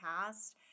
past